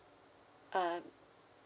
uh